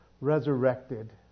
resurrected